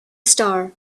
star